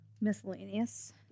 miscellaneous